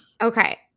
Okay